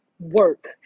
work